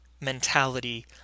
mentality